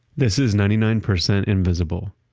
this is ninety nine percent invisible.